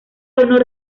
honor